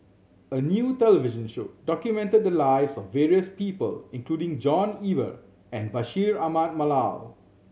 a new television show documented the lives of various people including John Eber and Bashir Ahmad Mallal